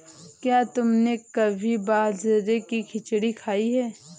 क्या तुमने कभी बाजरे की खिचड़ी खाई है?